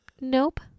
Nope